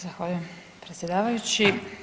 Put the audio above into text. Zahvaljujem predsjedavajući.